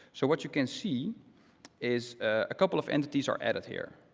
so what you can see is a couple of entities are added here.